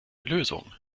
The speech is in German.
lösung